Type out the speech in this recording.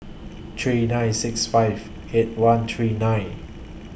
three nine six five eight one three nine